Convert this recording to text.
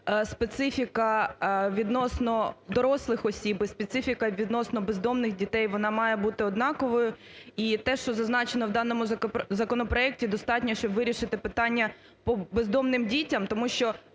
специфіка відносно бездомних дітей вона має бути однаковою? І те, що зазначеному в даному законопроекті достатньо, щоб вирішити питання по бездомних дітях?